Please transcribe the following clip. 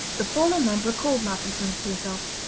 the fallen lamp recalled malcolmson to himself.